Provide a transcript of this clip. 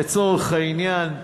לצורך העניין,